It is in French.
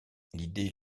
l’idée